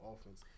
offense